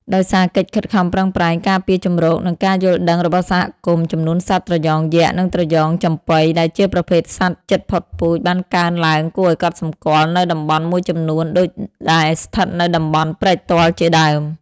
ដោយសារកិច្ចខិតខំប្រឹងប្រែងការពារជម្រក និងការយល់ដឹងរបស់សហគមន៍ ចំនួនសត្វត្រយងយក្ស និងត្រយងចំប៉ី ដែលជាប្រភេទសត្វជិតផុតពូជ បានកើនឡើងគួរឱ្យកត់សម្គាល់នៅតំបន់មួយចំនួនដូចដែលស្ថិតនៅតំបន់ព្រែកទាល់ជាដើម។